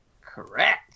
Correct